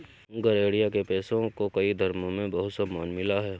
गरेड़िया के पेशे को कई धर्मों में बहुत सम्मान मिला है